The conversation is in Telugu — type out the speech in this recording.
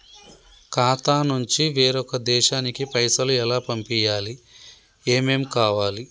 ఖాతా నుంచి వేరొక దేశానికి పైసలు ఎలా పంపియ్యాలి? ఏమేం కావాలి?